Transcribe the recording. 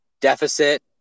deficit